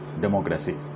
democracy